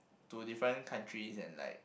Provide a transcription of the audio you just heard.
to different countries and like